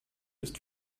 ist